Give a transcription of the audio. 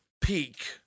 peak